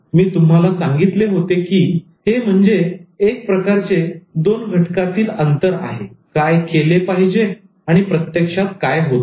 मी तुम्हाला सांगितले होते की हे म्हणजे एक प्रकारचे दोन घटकांतील अंतर आहे काय केले पाहिजे आणि प्रत्यक्षात काय होते